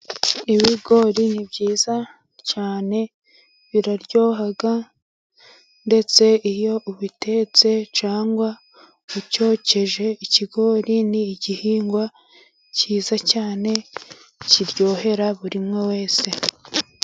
Ibigori ni byiza cyane biraryoha ndetse iyo ubitetse, cyangwa ucyokeje ikigori ni igihingwa cyiza cyane kiryohera buri umwe wese.